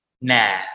Nah